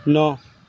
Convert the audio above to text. نو